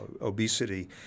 obesity